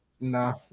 Nah